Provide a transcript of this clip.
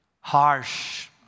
harsh